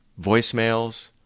voicemails